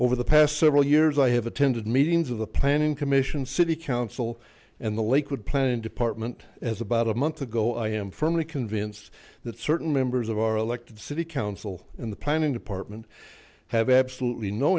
over the past several years i have attended meetings of the planning commission city council and the lakewood planning department as about a month ago i am firmly convinced that certain members of our elected city council in the planning department have absolutely no